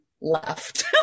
left